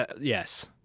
yes